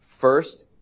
First